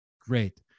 Great